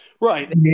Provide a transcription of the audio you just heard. Right